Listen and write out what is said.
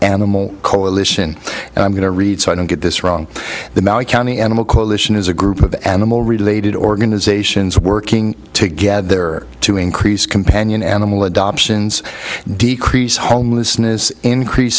animal coalition and i'm going to read so i don't get this wrong the maui county animal coalition is a group of animal related organizations working together to increase companion animal adoptions decrease homelessness increase